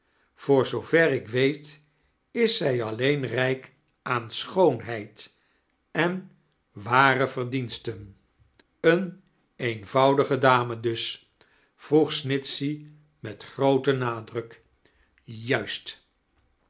vooir zoover ik weet is zij alleein rijk aan schoonhedd en ware verdiensten eeme eenvoudige dame dus vroeg snitchey met grooten nadruk juisc